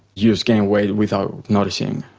you just gain weight without noticing.